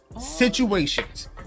situations